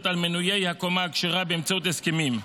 על מנויי הקומה הכשרה באמצעות הסכמים.